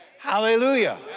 Hallelujah